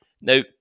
Now